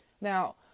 Now